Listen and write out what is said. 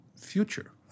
future